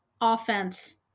offense